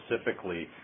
specifically